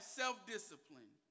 self-discipline